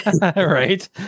Right